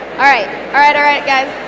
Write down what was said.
allright allright allright, guys